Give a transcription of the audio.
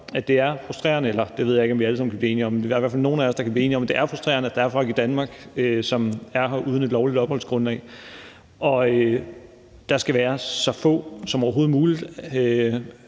at det er frustrerende – eller det ved jeg ikke om vi alle sammen kan blive enige om, men det er der i hvert fald nogle af os der kan blive enige om – at der er folk i Danmark, som er her uden et lovligt opholdsgrundlag. Der skal være så få som overhovedet muligt